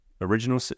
original